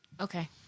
Okay